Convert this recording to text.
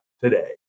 today